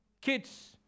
Kids